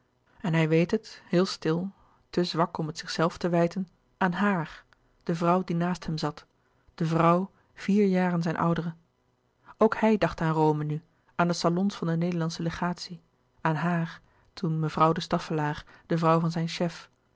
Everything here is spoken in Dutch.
en hij weet het heel stil te zwak om het zichzelven te wijten aan haar de vrouw die naast hem zat de vrouw vier jaren zijn oudere ook hij dacht aan rome louis couperus de boeken der kleine zielen nu aan de salons van de nederlandsche legatie aan haar toen mevrouw de staffelaer de vrouw van zijn chef